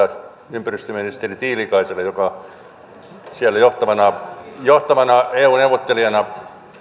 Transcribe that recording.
ympäristöministeri tiilikaiselle joka siellä johtavana johtavana eu neuvottelijana